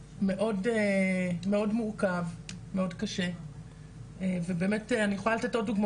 מאוד מורכב וקשה ובאמת, אני יכולה לתת עוד כל כך